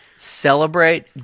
Celebrate